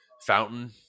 fountain